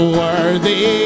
worthy